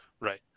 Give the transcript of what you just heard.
right